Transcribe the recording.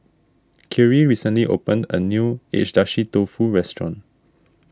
Khiry recently opened a new Agedashi Dofu restaurant